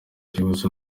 rihuza